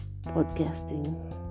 podcasting